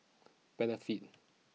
Benefit